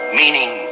meaning